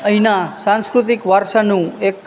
અહીંના સાંસ્કૃતિક વારસાનું એક